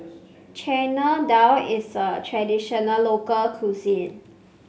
Chana Dal is a traditional local cuisine